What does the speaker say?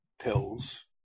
pills